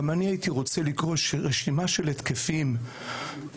גם אני הייתי רוצה לקרוא רשימה של התקפים בלילות,